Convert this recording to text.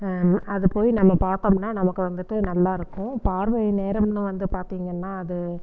அது போய் நம்ம பார்த்தோம்னா நமக்கு வந்துட்டு நல்லாருக்கும் பார்வை நேரம்னு வந்து பார்த்தீங்கன்னா அது